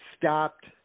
stopped